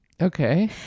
okay